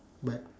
but